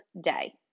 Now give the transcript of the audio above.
day